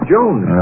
Jones